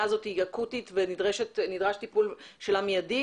הזאת היא אקוטית ונדרש טיפול שלה מיידי,